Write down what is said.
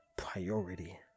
Priority